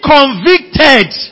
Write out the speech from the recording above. convicted